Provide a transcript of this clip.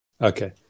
Okay